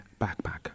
backpack